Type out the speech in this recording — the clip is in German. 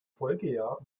folgejahr